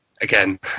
again